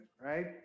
right